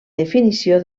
definició